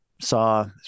saw